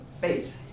faith